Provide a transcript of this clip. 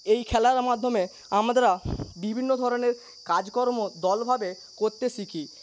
এই খেলার মাধ্যমে আমরা বিভিন্ন ধরনের কাজকর্ম দল ভাবে করতে শিখি